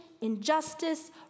injustice